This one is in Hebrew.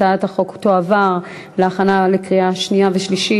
הצעת החוק תועבר להכנה לקריאה שנייה ושלישית